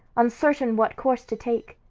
uncertain what course to take.